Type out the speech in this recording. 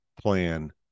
plan